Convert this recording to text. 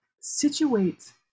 situate